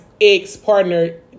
ex-partner